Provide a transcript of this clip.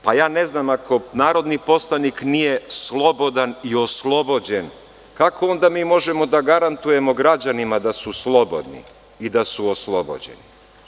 Pa, ja ne znam, ako narodni poslanik nije slobodan i oslobođen, kako onda mi možemo da garantujemo građanima da su slobodni i da su oslobođeni?